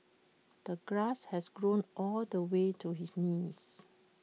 the grass had grown all the way to his knees